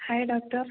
hi doctor